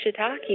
shiitake